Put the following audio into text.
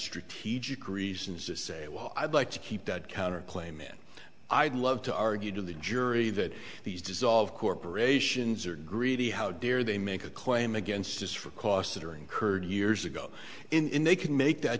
strategic reasons to say well i'd like to keep that counter claim then i'd love to argue to the jury that these dissolve corporations are greedy how dare they make a claim against us for costs that are incurred years ago in they can make that